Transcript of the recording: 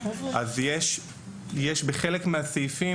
יש בחלק מהסעיפים,